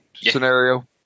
scenario